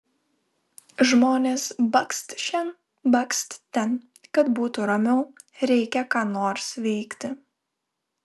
žmonės bakst šen bakst ten kad būtų ramiau reikia ką nors veikti